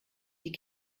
die